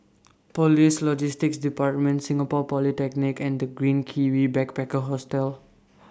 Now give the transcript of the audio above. Police Logistics department Singapore Polytechnic and The Green Kiwi Backpacker Hostel